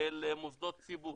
של מוסדות ציבור,